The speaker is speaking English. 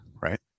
Right